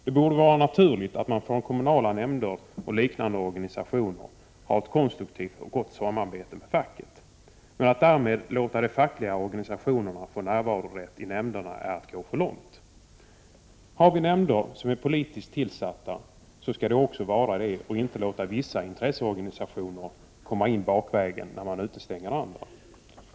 Det borde vara naturligt att man från kommunala nämnder och liknande organ har ett konstruktivt och gott samarbete med facket. Men att därmed låta de fackliga organisationerna få närvarorätt i nämnderna är att gå för långt. Har vi nämnder som är politiskt tillsatta skall de också vara det. Man skall inte låta vissa intresseorganisationer komma in bakvägen, när man utestänger andra.